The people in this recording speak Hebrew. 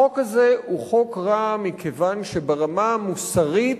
החוק הזה הוא חוק רע, מכיוון שברמה המוסרית